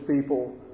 people